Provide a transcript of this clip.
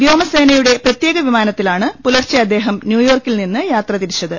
വ്യോമസേനയുടെ പ്രത്യേക വിമാനത്തിലാണ് പുലർച്ചെ അദ്ദേഹം ന്യൂയോർക്കിൽ നിന്ന് യാത്ര തിരിച്ചത്